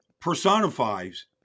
personifies